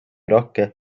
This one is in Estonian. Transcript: rakke